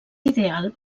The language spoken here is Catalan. ideal